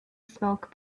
smoke